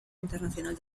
internacional